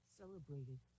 celebrated